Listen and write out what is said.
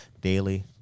daily